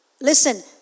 listen